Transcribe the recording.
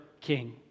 king